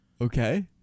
Okay